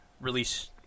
release